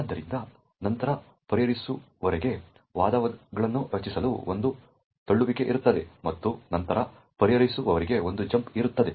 ಆದ್ದರಿಂದ ನಂತರ ಪರಿಹರಿಸುವವರಿಗೆ ವಾದಗಳನ್ನು ರಚಿಸಲು ಒಂದು ತಳ್ಳುವಿಕೆ ಇರುತ್ತದೆ ಮತ್ತು ನಂತರ ಪರಿಹರಿಸುವವರಿಗೆ ಒಂದು ಜಂಪ್ ಇರುತ್ತದೆ